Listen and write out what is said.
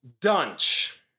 dunch